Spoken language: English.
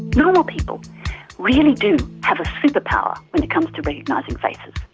normal people really do have a superpower when it comes to recognising faces.